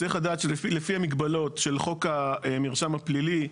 צריך לדעת שלפי המגבלות של חוק המרשם הפלילי,